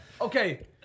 Okay